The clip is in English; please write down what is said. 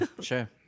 Sure